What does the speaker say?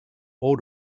all